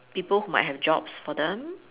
people who might have jobs for them